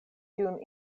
tiun